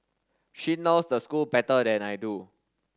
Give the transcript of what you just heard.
she knows the school better than I do